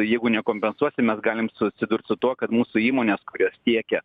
jeigu nekompensuosim mes galime susidurt su tuo kad mūsų įmonės kurios tiekia